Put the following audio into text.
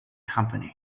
company